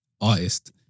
artist